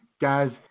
guys